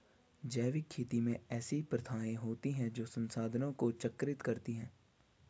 जैविक खेती में ऐसी प्रथाएँ होती हैं जो संसाधनों को चक्रित करती हैं